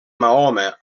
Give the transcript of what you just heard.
mahoma